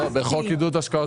לא, בחוק עידוד השקעות הון.